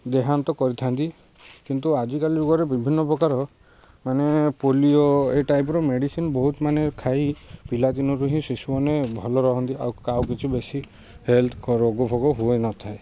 ଦେହାନ୍ତ କରିଥାନ୍ତି କିନ୍ତୁ ଆଜିକାଲି ଯୁଗରେ ବିଭିନ୍ନ ପ୍ରକାର ମାନେ ପୋଲିଓ ଏଇ ଟାଇପ୍ର ମେଡ଼ିସିନ୍ ବହୁତ ମାନେ ଖାଇ ପିଲାଦିନରୁ ହିଁ ଶିଶୁମାନେ ଭଲ ରହନ୍ତି ଆଉ ଆଉ କିଛି ବେଶୀ ହେଲ୍ଥ ରୋଗଫୋଗ ହଉନଥାଏ